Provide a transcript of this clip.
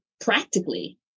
practically